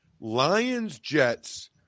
Lions-Jets